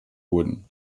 wurden